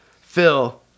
Phil